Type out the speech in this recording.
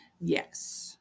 Yes